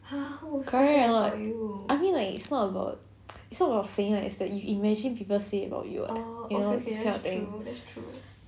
correct or not I mean like it's not about it's not about saying like you imagine people say about you like that you know this kind of thing